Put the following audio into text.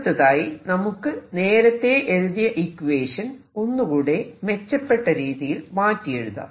അടുത്തതായി നമുക്ക് നേരത്തെ എഴുതിയ ഇക്വേഷൻ ഒന്നുകൂടെ മെച്ചപ്പെട്ട രീതിയിൽ മാറ്റി എഴുതാം